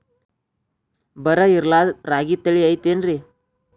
ಬರ ಇರಲಾರದ್ ರಾಗಿ ತಳಿ ಐತೇನ್ರಿ?